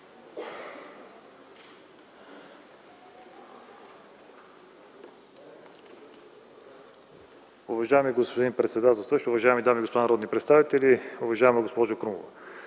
Уважаеми господин председател, уважаеми дами и господа народни представители! Уважаеми господин Атанасов,